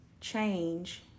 Change